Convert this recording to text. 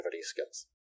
skills